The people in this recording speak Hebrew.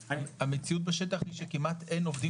המציאות בשטח היא שכמעט אין עבדים